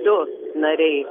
du nariai